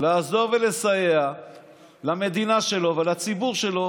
לעזור ולסייע למדינה שלו ולציבור שלו